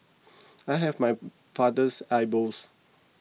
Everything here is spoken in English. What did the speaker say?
I have my father's eyebrows